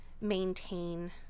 maintain